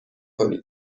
کنید